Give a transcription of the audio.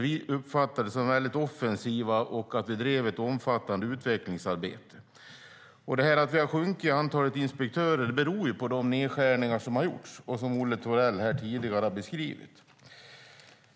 Vi uppfattades som väldigt offensiva, och vi drev ett omfattande utvecklingsarbete. Att vi har sjunkit när det gäller antalet inspektörer beror på de nedskärningar som har gjorts och som Olle Thorell tidigare har beskrivit.